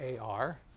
AR